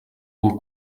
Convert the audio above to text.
bwo